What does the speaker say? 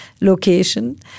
location